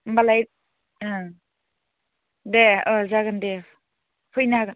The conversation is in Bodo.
होमब्लालाय ओं दे जागोन दे फैनो हागोन